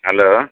hello